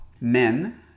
men